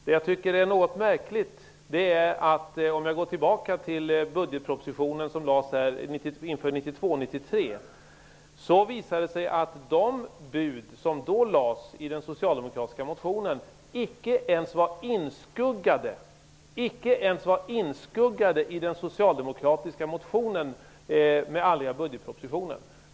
Vad jag tycker är något märkligt, om jag går tillbaka till budgetpropostionen som lades fram inför 1992/93, är att de bud som då lades i den socialdemokratiska motionen icke ens var inskuggade i den socialdemokratiska motionen med anledning av budgetpropositionen.